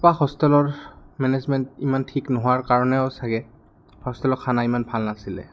খোৱাৰ হোষ্টেলৰ মেনেজমেণ্ট ইমান ঠিক নোহোৱাৰ কাৰণেও চাগে হোষ্টেলৰ খানা ইমান ভাল নাছিলে